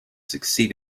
succeed